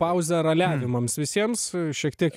pauzę raliavimams visiems šiek tiek